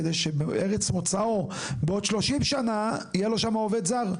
כדי שבארץ מוצאו בעוד 30 שנה יהיה לו שם עובד זר?